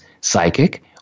psychic